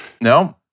No